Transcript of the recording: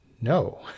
no